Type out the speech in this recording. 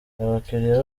abakiliya